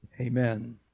Amen